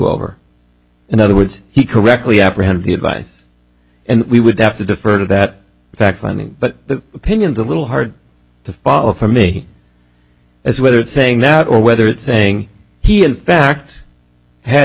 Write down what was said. over in other words he correctly apprehended the advice and we would have to defer to that fact finding but the opinions a little hard to follow for me as whether it's saying now or whether it's saying he in fact had